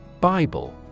Bible